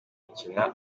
gukina